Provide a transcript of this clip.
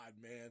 man